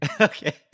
Okay